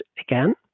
again